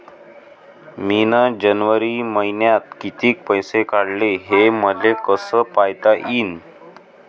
मिन जनवरी मईन्यात कितीक पैसे काढले, हे मले कस पायता येईन?